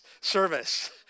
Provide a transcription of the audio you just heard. service